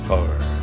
Hard